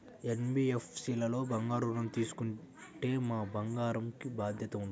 NBFC లలో బంగారు ఋణం తీసుకుంటే మా బంగారంకి భద్రత ఉంటుందా?